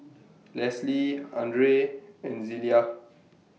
Leslee Andrae and Zelia